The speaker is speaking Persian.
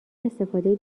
استفاده